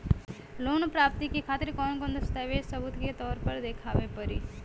Loan प्राप्ति के खातिर कौन कौन दस्तावेज सबूत के तौर पर देखावे परी?